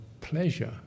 pleasure